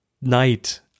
night